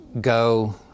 go